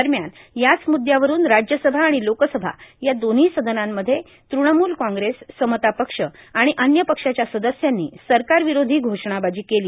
दरम्यान याच मुद्यावरून राज्यसभा आणि लोकसभा या दोव्ही सदनांमध्ये तुणमूल काँग्रेस समता पक्ष आणि अन्य पक्षाच्या सदस्यांनी सरकार विरोधी घोषणाबाजी केली